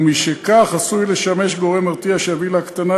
ומשכך עשוי לשמש גורם מרתיע שיביא להקטנת